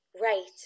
Right